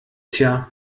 tja